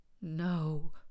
No